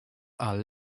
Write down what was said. are